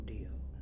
Deal